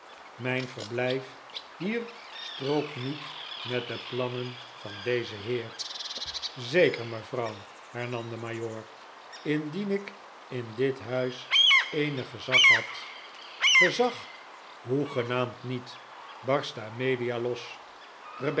mijn verblijf hier strookt niet met de plannen van dezen heer zeker mevrouw hernam de majoor indien ik in dit huis eenig gezag had gezag hoegenaamd niet barstte amelia los